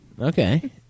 Okay